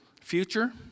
future